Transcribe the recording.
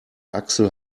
axel